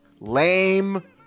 Lame